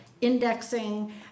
indexing